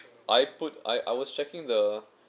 I put I I was checking the